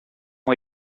ont